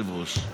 היושב-ראש.